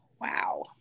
wow